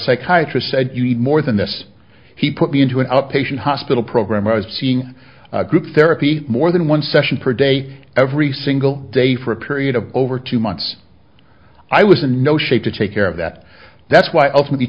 psychiatrist said you need more than this he put me into an outpatient hospital program i was seeing group therapy more than one session per day every single day for a period of over two months i was in no shape to take care of that that's why ultimately